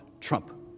Trump